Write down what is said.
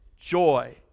joy